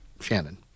Shannon